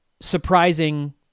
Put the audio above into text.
surprising